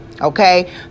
okay